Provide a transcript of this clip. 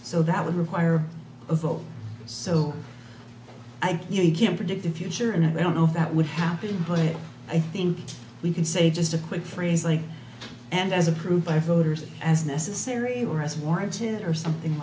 so that would require a vote so i think you can predict the future and i don't know if that would happen but it i think we can say just a quick phrase like and as approved by voters as necessary or as warranted or something